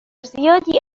زیادی